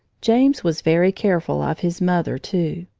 james was very careful of his mother, too.